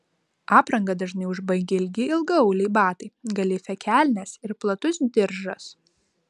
aprangą dažnai užbaigia ilgi ilgaauliai batai galifė kelnės ir platus diržas